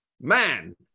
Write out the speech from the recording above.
man